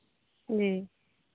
जी